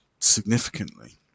significantly